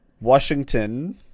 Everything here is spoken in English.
Washington